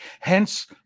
Hence